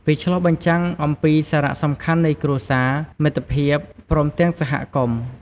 វាឆ្លុះបញ្ចាំងអំពីសារៈសំខាន់នៃគ្រួសារ មិត្តភាព ព្រមទាំងសហគមន៍។